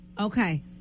Okay